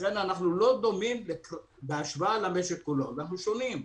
לכן אנחנו לא דומים לרוב המשק, אנחנו שונים,